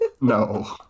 No